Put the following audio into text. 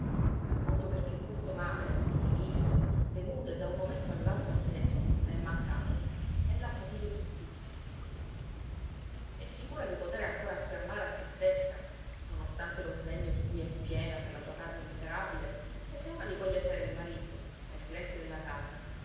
appunto perché questo male previsto temuto e da un momento all'altro atteso le è mancato ella ha patito il supplizio è sicura di potere ancora affermare a se stessa non ostante lo sdegno di cui è piena per la sua carne miserabile che se una di quelle sere il marito nel silenzio della casa